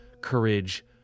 courage